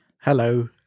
Hello